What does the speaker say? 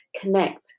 connect